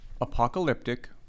apocalyptic